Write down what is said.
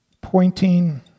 pointing